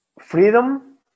freedom